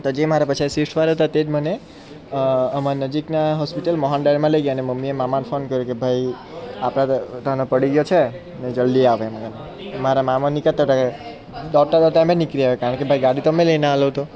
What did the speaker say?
તો મારા પાછળ સ્વિફ્ટ વાળો હતો તેજ મને અમારી નજીકની હોસ્પિટલ મોહન દારમાં લઈ ગયા અને મમ્મીએ મામાને ફોન કર્યો કે ભાઈ આપણો તો નાનો પડી ગયો છે ને જલ્દી આવ એમ મારા મામા નીકળતા હતા દોડતાં દોડતાં અમે નીકળ્યાં કારણ કે ભાઈ ગાડી તો મેં લઈને આવેલો હતો